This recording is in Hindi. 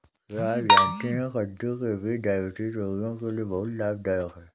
क्या आप जानते है कद्दू के बीज डायबिटीज रोगियों के लिए लाभकारी है?